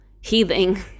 healing